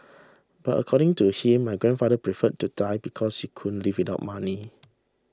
but according to him my grandfather preferred to die because he couldn't live without money